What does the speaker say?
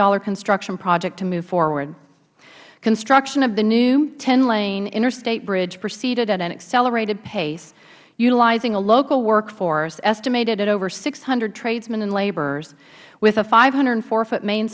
million construction project to move forward construction of the new ten lane interstate bridge proceeded at an accelerated pace utilizing a local work force estimated at over six hundred tradesmen and laborers with a five hundred and four foot main